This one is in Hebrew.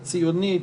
הציונית,